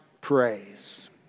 praise